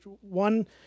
one